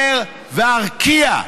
ישראייר וארקיע,